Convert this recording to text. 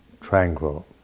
tranquil